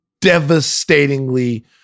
devastatingly